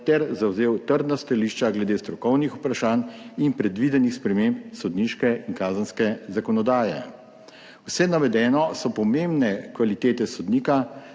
ter zavzel trdna stališča glede strokovnih vprašanj in predvidenih sprememb sodniške in kazenske zakonodaje. Vse navedeno so pomembne kvalitete sodnika,